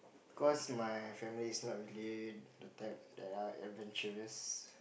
cause my family is not really the type that are adventurous